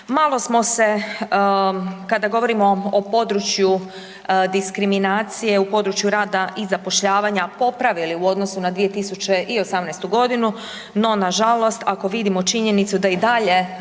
Malo smo se kada govorimo o području diskriminacije u području rada i zapošljavanja popravili u odnosu na 2018. godinu, no nažalost ako vidimo činjenicu da i dalje